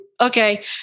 okay